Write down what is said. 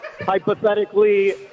hypothetically